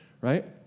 right